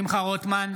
שמחה רוטמן,